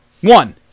One